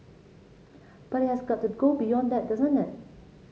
but it has got to go beyond that doesn't it